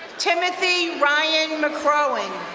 timothy ryan mcrowen.